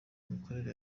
mikorere